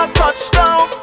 touchdown